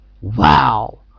Wow